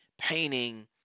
painting